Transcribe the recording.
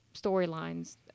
storylines